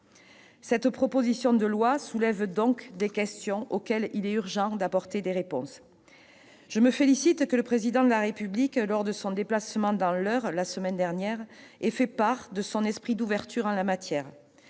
Cette proposition de loi soulève donc des questions auxquelles il est urgent d'apporter des réponses. Je me félicite de ce que le Président de la République, lors de son déplacement dans l'Eure, la semaine dernière, ait fait part de son esprit d'ouverture en la matière.